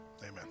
amen